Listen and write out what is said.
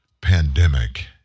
pandemic